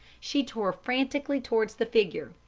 she tore frantically towards the figure.